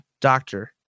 doctor